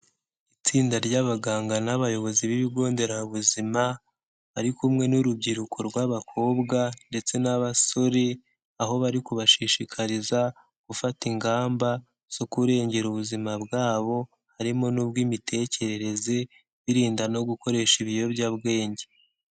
Itsinda ry'abaganga n'abayobozi b'ibigo nderabuzima bari kumwe n'urubyiruko rw'abakobwa ndetse n'abasore, aho bari kubashishikariza gufata ingamba zo kurengera ubuzima bwabo harimo n'ubw'imitekerereze, birinda no gukoresha ibiyobyabwenge.